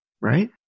right